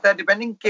depending